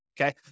okay